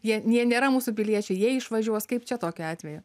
jie nė nėra mūsų piliečiai jie išvažiuos kaip čia tokiu atveju